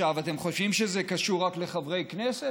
אתם חושבים שזה קשור רק לחברי כנסת?